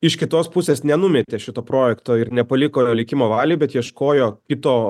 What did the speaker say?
iš kitos pusės nenumetė šito projekto ir nepaliko likimo valiai bet ieškojo kito